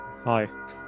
hi